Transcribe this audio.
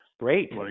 Great